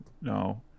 no